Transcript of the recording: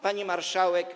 Pani Marszałek!